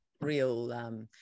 real